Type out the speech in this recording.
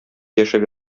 яшәп